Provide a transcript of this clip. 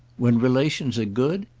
when relations are good?